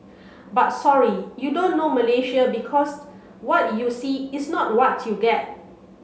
but sorry you don't know Malaysia because what you see is not what you get